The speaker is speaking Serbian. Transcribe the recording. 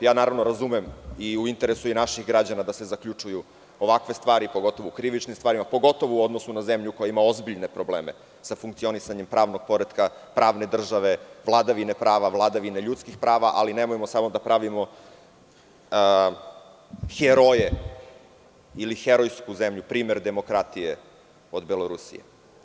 Razumem ja da se zaključuju ovakve stvari, pogotovo u krivičnim stvarima, pogotovo u odnosu na zemlje koja ima ozbiljne probleme sa funkcionisanjem pravnog poretka pravne države, vladavine prava, vladavine ljudskih prava, ali nemojmo samo da pravimo heroje ili herojsku zemlju, primer demokratije od Belorusije.